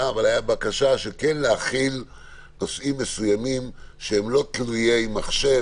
ובקשה להחיל נושאים מסוימים שהם לא תלויי מחשב